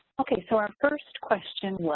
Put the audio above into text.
okay so our first question